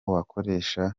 wakoresha